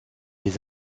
des